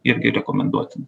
irgi rekomenduotina